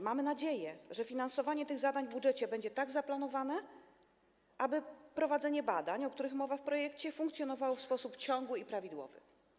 Mam nadzieję, że finansowanie tych zadań w budżecie będzie tak zaplanowane, aby prowadzenie badań, o których mowa w projekcie, odbywało się w sposób ciągły i prawidłowy.